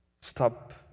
stop